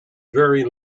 very